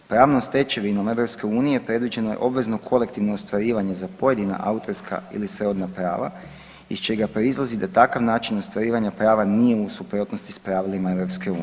Pravnom stečevinom EU predviđeno je obvezno kolektivno ostvarivanje za pojedina autorska ili srodna prava i čega proizlazi da takav način ostvarivanja prava nije u suprotnosti s pravilima EU.